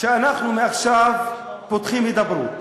שאנחנו עכשיו פותחים הידברות.